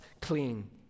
clean